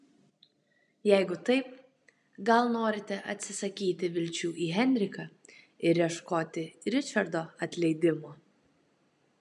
jeigu taip gal norite atsisakyti vilčių į henriką ir ieškoti ričardo atleidimo